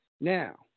Now